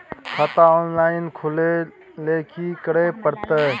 खाता ऑनलाइन खुले ल की करे परतै?